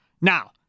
Now